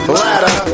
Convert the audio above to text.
ladder